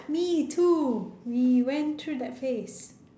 me too we went through that phase